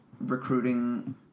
recruiting